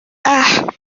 اَه